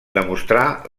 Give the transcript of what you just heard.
demostrà